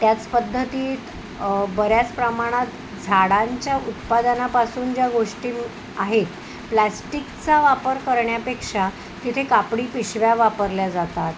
त्याच पद्धतीत बऱ्याच प्रमाणात झाडांच्या उत्पादनापासून ज्या गोष्टी आहेत प्लॅस्टिकचा वापर करण्यापेक्षा तिथे कापडी पिशव्या वापरल्या जातात